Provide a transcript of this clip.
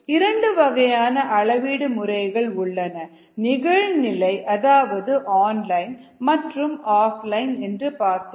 இரண்டு வகையான அளவீடு முறைகள் உள்ளன நிகழ்நிலை அதாவது ஆன்லைன் மற்றும் ஆஃப்லைன் என்று பார்த்தோம்